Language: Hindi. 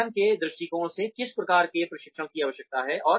संगठन के दृष्टिकोण से किस प्रकार के प्रशिक्षण की आवश्यकता है